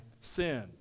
sin